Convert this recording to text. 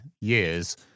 years